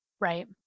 Right